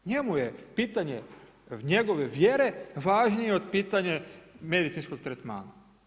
Njemu je pitanje njegove vjere, važnije od pitanja medicinskog tretmana.